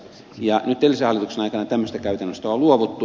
nyt edellisen hallituksen aikana tämmöisestä käytännöstä on luovuttu